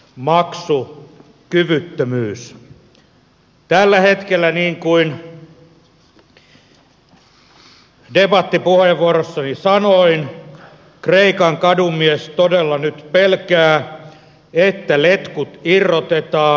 tällä hetkellä niin kuin debattipuheenvuorossani sanoin kreikan kadunmies todella nyt pelkää että letkut irrotetaan